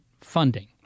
funding